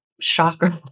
shocker